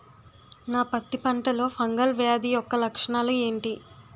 నా పత్తి పంటలో ఫంగల్ వ్యాధి యెక్క లక్షణాలు ఏంటి?